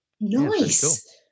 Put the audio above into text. Nice